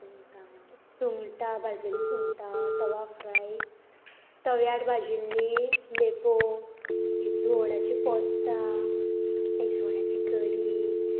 सुंगटां सुंगटां भाजलेली सुंगटां तवा फ्राय तव्यार भाजिल्ली लेपो इसवणाची पोस्तां इसवणाची कडी